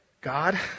God